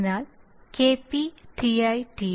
അതിനാൽ KP Ti Td